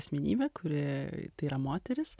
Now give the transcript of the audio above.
asmenybė kuri tai yra moteris